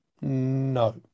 No